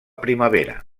primavera